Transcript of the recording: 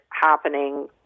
happening